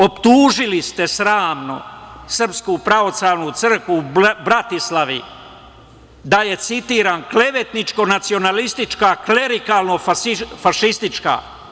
Optužili ste sramno SPC u Bratislavi da je, citiram: "klevetničko nacionalistička klerikalno fašistička"